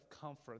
comfort